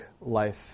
life